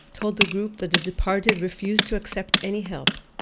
told the group that the departed refused to accept any help.